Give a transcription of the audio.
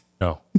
No